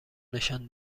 نشان